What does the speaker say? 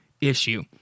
issue